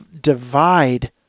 divide